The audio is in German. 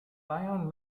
bayern